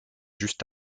juste